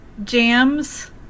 Jams